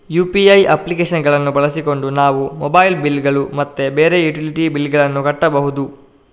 UPI application ಗಳನ್ನು ಬಳಸಿಕೊಂಡು ನಾವು ಮೊಬೈಲ್ ಬಿಲ್ ಗಳು ಮತ್ತು ಬೇರೆ ಯುಟಿಲಿಟಿ ಬಿಲ್ ಗಳನ್ನು ಕಟ್ಟಬಹುದು